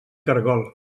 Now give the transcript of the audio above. caragol